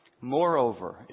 Moreover